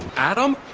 adam,